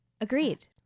Agreed